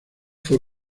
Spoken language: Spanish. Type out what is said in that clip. fue